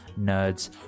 nerds